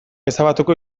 ezabatuko